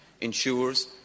ensures